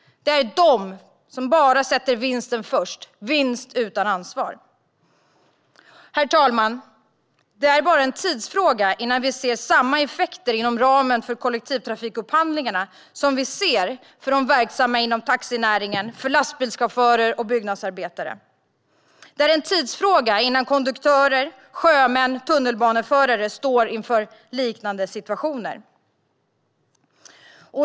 Det är de som bara sätter vinsten först - vinst utan ansvar. Herr talman! Det är bara en tidsfråga innan vi ser samma effekter inom ramen för kollektivtrafikupphandlingarna som vi ser för de verksamma inom taxinäringen, för lastbilschaufförer och byggnadsarbetare. Det är en tidsfråga innan konduktörer, sjömän och tunnelbaneförare står inför liknande situationer.